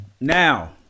now